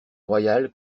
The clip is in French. royal